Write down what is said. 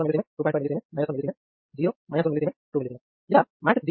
ఇక్కడ రెండవ ప్రశ్న పరిశీలిస్తే ఇది మొదటి ప్రశ్నకు కొనసాగింపు